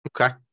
Okay